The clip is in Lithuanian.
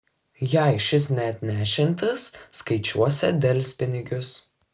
jei šis neatnešiantis skaičiuosią delspinigius